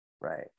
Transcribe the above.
Right